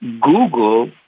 Google